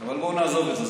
אבל בוא נעזוב את זה.